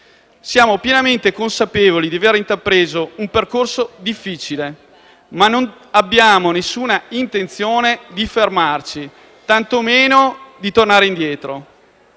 Siamo pienamente consapevoli di aver intrapreso un percorso difficile, ma non abbiamo alcuna intenzione di fermarci, tanto meno di tornare indietro.